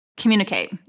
Communicate